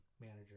manager